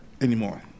anymore